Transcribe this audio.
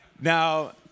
Now